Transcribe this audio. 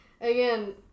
Again